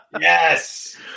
Yes